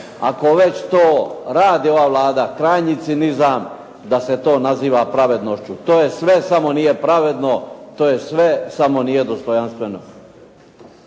ako već to radi ova Vlada, krajnji cinizam da se to naziva pravednošću. To je sve samo nije pravedno. To je sve, samo nije dostojanstveno.